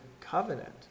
covenant